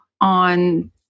on